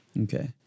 Okay